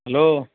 hello